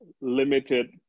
limited